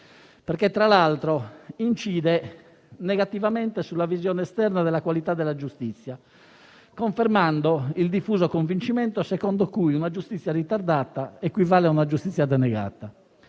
perché incide negativamente sulla visione esterna della qualità della giustizia confermando il diffuso convincimento secondo cui una giustizia ritardata equivale ad una giustizia denegata.